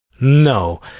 no